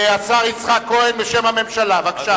השר יצחק כהן בשם הממשלה, בבקשה.